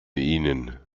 ihnen